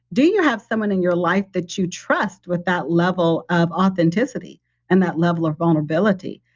do you have someone in your life that you trust with that level of authenticity and that level of vulnerability.